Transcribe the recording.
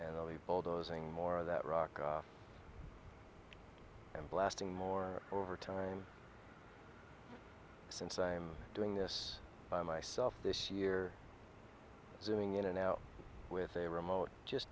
all the bulldozing more of that rock and blasting more over time since i'm doing this by myself this year zooming in and out with a remote just